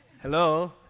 Hello